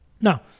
Now